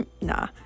Nah